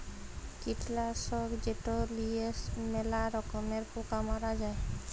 কীটলাসক যেট লিঁয়ে ম্যালা রকমের পকা মারা হ্যয়